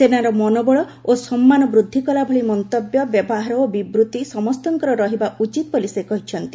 ସେନାର ମନୋବଳ ଓ ସମ୍ମାନ ବୃଦ୍ଧି କଲା ଭଳି ମନ୍ତବ୍ୟ ବ୍ୟବହାର ଓ ବିବୃତ୍ତି ସମସ୍ତଙ୍କର ରହିବା ଉଚିତ ବୋଲି ସେ କହିଛନ୍ତି